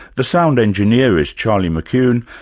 the sound engineer is charlie mckune,